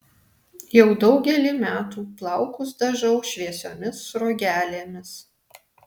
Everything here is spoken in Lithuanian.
jau daugelį metų plaukus dažau šviesiomis sruogelėmis